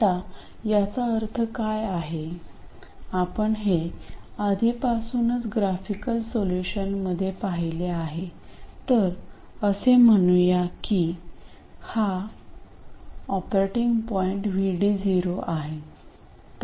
आता याचा अर्थ काय आहे आपण हे आधीपासूनच ग्राफिकल सोल्यूशनमध्ये पाहिले आहे तर असे म्हणूया की हा ऑपरेटिंग पॉईंट VD0 आहे